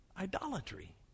idolatry